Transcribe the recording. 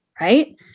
right